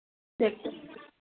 देखते